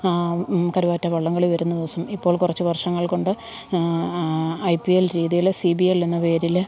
ആ കരുവാറ്റ വള്ളംകളി വരുന്ന ദിവസം ഇപ്പോൾ കുറച്ചു വർഷങ്ങൾകൊണ്ട് ഐ പി എൽ രീതീയില് സി ബി എൽ എന്ന പേരില്